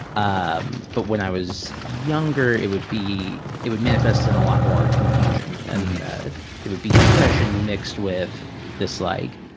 um but when i was younger, it would be, it would manifest in a lot more confusion. and it would be depression mixed with this like,